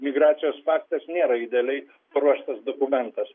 migracijos paktas nėra idealiai paruoštas dokumentas